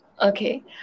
okay